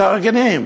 מתארגנים.